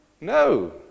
No